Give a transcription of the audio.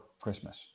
Christmas